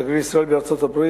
שגריר ישראל בארצות-הברית,